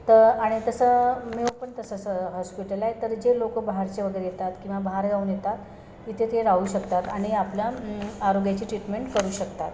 त आणि तसं मेओ पण तसंच हॉस्पिटल आहे तर जे लोकं बाहरचे वगैरे येतात किंवा बाहरगावून येतात इथे ते राहू शकतात आणि आपल्या आरोग्याची ट्रीटमेंट करू शकतात